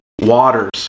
waters